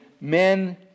men